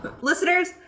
Listeners